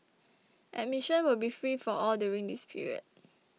admission will be free for all during this period